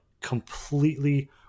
completely